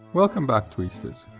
welcome back tweedsters,